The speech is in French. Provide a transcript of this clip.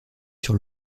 sur